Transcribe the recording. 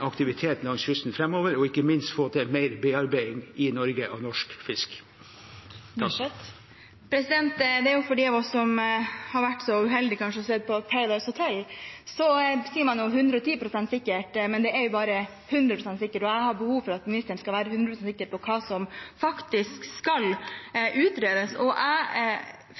aktivitet langs kysten framover og ikke minst for å få til mer bearbeiding i Norge av norsk fisk. Noen av oss har vært så uheldige, kanskje, å se på Paradise Hotel, og der sier man 110 pst. sikkert, men noe kan bare være 100 pst. sikkert, og jeg har behov for at ministeren skal være 100 pst. sikker på hva som faktisk skal utredes. Jeg